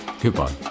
Goodbye